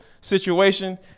situation